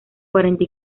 cuarenta